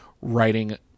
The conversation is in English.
writing